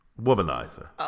Womanizer